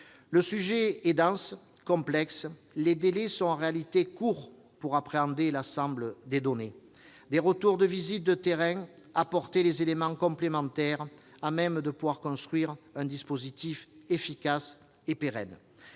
Le sujet est dense et complexe. Les délais sont en réalité courts pour appréhender l'ensemble des données, les retours de visites de terrain et apporter les éléments complémentaires à même de construire un dispositif efficace et pérenne.